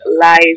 life